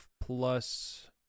plus